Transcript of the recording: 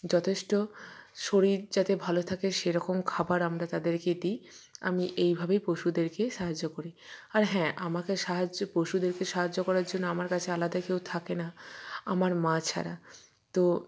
যথেষ্ট শরীর যাতে ভালো থাকে সেরকম খাবার আমরা তাদেরকে দিই আমি এইভাবেই পশুদেরকে সাহায্য করি আর হ্যাঁ আমাকে কাছে সাহায্য পশুদেরকে সাহায্য করার জন্য আমার কাছে আলাদা কেউ থাকে না আমার মা ছাড়া তো